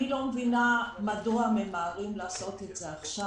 אני לא מבינה מדוע ממהרים לעשות את זה עכשיו.